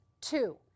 Two